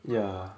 yeah